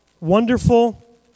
Wonderful